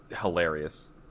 hilarious